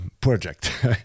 project